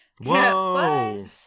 Whoa